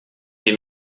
die